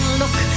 look